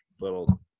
little